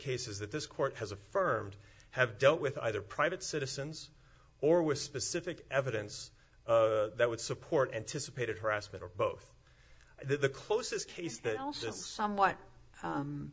cases that this court has affirmed have dealt with either private citizens or with specific evidence that would support anticipated harassment or both the close is case that also is somewhat